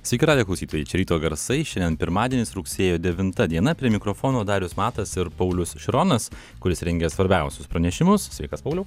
sveiki radijo klausytojai čia ryto garsai šiandien pirmadienis rugsėjo devinta diena prie mikrofono darius matas ir paulius šironas kuris rengia svarbiausius pranešimus sveikas pauliau